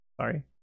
Sorry